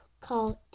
called